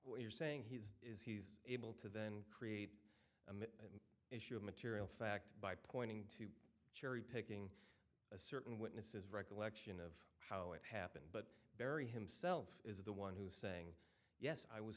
what you're saying he's is he's able to then create issue of material fact by pointing to cherry picking a certain witnesses recollection of how it happened but very himself is the one who saying yes i was